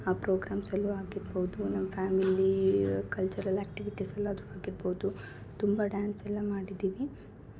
ಆ ಪ್ರೋಗ್ರಾಮ್ಸ್ ಅಲ್ಲು ಆಗಿರ್ಬೌದು ನಮ್ಮ ಫ್ಯಾಮಿಲಿ ಕಲ್ಚರಲ್ ಆ್ಯಕ್ಟಿವಿಟೀಸ್ ಅಲ್ಲಿ ಅದ್ರೂ ಆಗಿರ್ಬೌದು ತುಂಬ ಡ್ಯಾನ್ಸ್ ಎಲ್ಲ ಮಾಡಿದ್ದೀವಿ